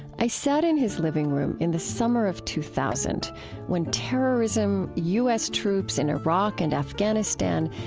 i sat in his living room in the summer of two thousand when terrorism, u s. troops in iraq and afghanistan,